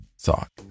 thought